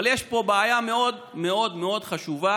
אבל יש פה בעיה מאוד מאוד מאוד חשובה